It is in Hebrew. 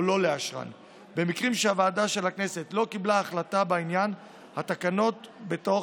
לא לאשרן במקרים שהוועדה של הכנסת לא קיבלה החלטה בעניין התקנות בתוך